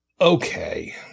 Okay